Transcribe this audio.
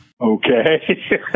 Okay